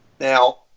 Now